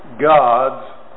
God's